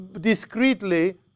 discreetly